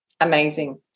amazing